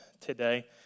today